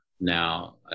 now